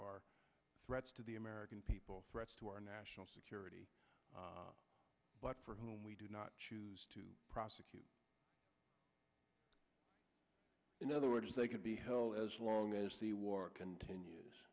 are threats to the american people threats to our national security but for whom we do not choose to prosecute in other words they can be held as long as the war continues